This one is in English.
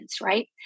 right